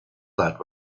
that